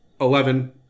eleven